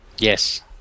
Yes